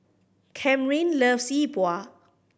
Camryn loves Yi Bua